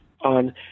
on